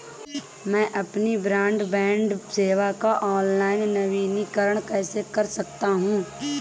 मैं अपनी ब्रॉडबैंड सेवा का ऑनलाइन नवीनीकरण कैसे कर सकता हूं?